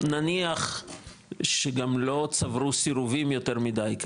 נניח שגם לא צברו סירובים יותר מידי,